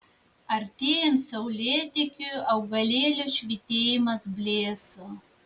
artėjant saulėtekiui augalėlio švytėjimas blėso